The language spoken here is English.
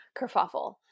kerfuffle